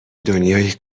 دنیای